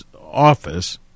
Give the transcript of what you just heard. office